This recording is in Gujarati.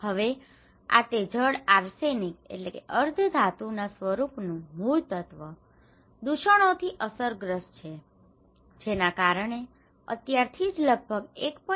હવે આ તે જળ આર્સેનિક arsenic અર્ધધાતુના સ્વરૂપનું મૂળતત્વ દૂષણોથી અસરગ્રસ્ત છે જેના કારણે અત્યારથી જ લગભગ 1